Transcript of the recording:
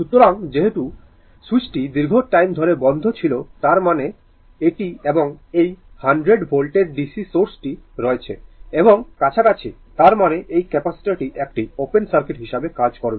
সুতরাং যেহেতু সুইচটি দীর্ঘ টাইম ধরে বন্ধ ছিল তার মানে এটি এবং এই 100 ভোল্টের DC সোর্সটি রয়েছে এটি কাছাকাছি তার মানে এই ক্যাপাসিটারটি একটি ওপেন সার্কিট হিসাবে কাজ করবে